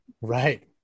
Right